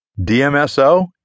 DMSO